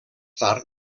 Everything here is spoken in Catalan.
tard